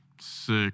sick